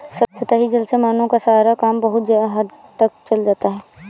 सतही जल से मानवों का सारा काम बहुत हद तक चल जाता है